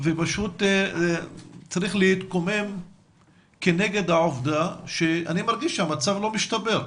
ופשוט צריך להתקומם כנגד העובדה שאני מרגיש שהמצב לא משתפר.